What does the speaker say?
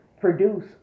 produce